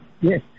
yes